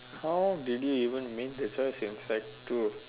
how did you even make the choice in sec two